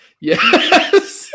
Yes